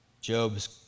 Job's